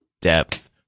depth